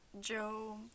Joe